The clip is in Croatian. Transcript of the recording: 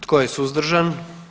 Tko je suzdržan?